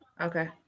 Okay